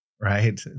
right